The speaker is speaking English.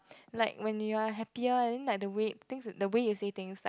like when you are happier i think like the way things the way you say things like